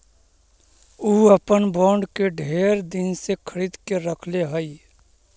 ऊ अपन बॉन्ड के ढेर दिन से खरीद के रखले हई